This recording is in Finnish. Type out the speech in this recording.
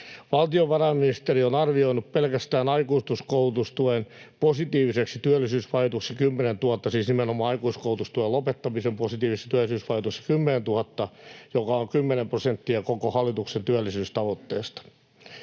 Valtiovarainministeri on arvioinut pelkästään aikuiskoulutustuen positiiviseksi työllisyysvaikutukseksi 10 000, siis nimenomaan aikuiskoulutustuen lopettamisen positiivisiksi työllisyysvaikutuksiksi 10 000, joka on kymmenen prosenttia koko hallituksen työllisyystavoitteesta.